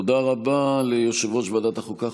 תודה רבה ליושב-ראש ועדת החוקה,